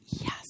yes